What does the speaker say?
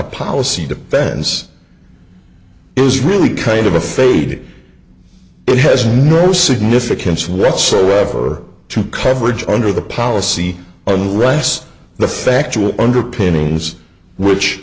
a policy defense is really kind of a fade it has no significance whatsoever to coverage under the policy or the rest of the factual underpinnings which